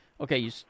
okay